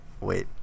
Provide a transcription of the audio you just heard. wait